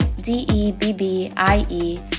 d-e-b-b-i-e